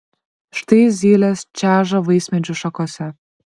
štai zylės čeža vaismedžių šakose